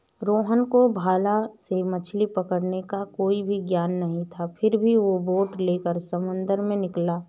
रोहन को भाला से मछली पकड़ने का कोई भी ज्ञान नहीं था फिर भी वो बोट लेकर समंदर में निकला